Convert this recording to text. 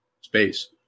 space